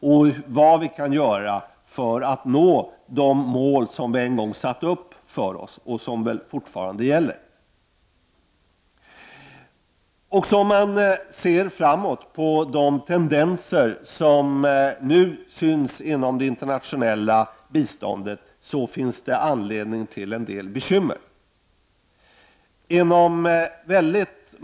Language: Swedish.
Vad kan vi göra för att nå de mål som vi en gång satte upp för oss och som väl fortfarande gäller? Även om vi ser framåt och tar del av de tendenser som nu kan skönjas inom det internationella biståndet finns det anledning att hysa en del bekymmer.